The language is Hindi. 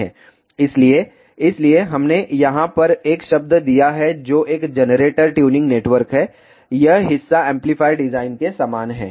इसलिए इसलिए हमने यहां पर एक शब्द दिया है जो एक जनरेटर ट्यूनिंग नेटवर्क है यह हिस्सा एम्पलीफायर डिजाइन के समान है